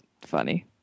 funny